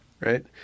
right